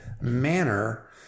manner